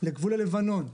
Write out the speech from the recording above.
לגבול הלבנון,